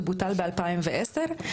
שבוטל ב-2010,